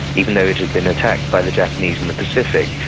even though it had been attacked by the japanese in the pacific,